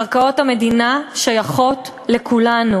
קרקעות המדינה שייכות לכולנו,